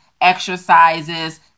exercises